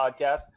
Podcast